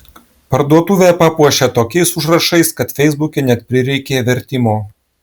parduotuvę papuošė tokiais užrašais kad feisbuke net prireikė vertimo